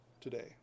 today